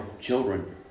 children